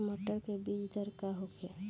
मटर के बीज दर का होखे?